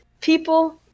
people